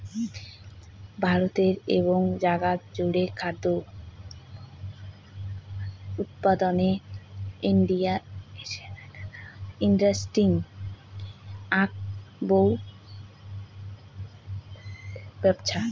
ভারতে এবং জাগাত জুড়ে খাদ্য উৎপাদনের ইন্ডাস্ট্রি আক বড় ব্যপছা